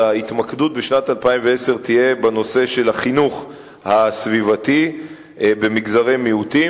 ההתמקדות בשנת 2010 תהיה בנושא של החינוך הסביבתי במגזרי מיעוטים.